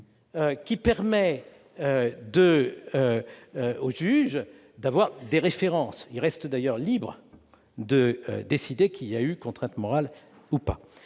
lui permettre d'avoir des références : il reste libre de décider qu'il y a eu contrainte morale ou pas.